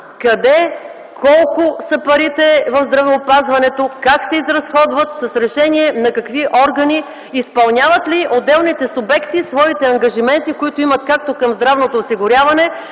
къде, колко са парите в здравеопазването, как се изразходват, с решение на какви органи, изпълняват ли отделните субекти своите ангажименти, които имат както към здравното осигуряване,